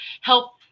help